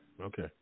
okay